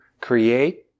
create